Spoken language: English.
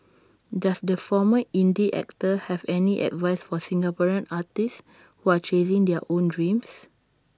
does the former indie actor have any advice for Singaporean artists who are chasing their own dreams